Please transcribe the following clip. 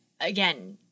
again